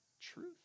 truth